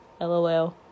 LOL